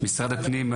עם משרד הפנים,